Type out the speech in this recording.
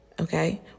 Okay